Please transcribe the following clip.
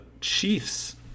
Chiefs